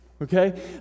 Okay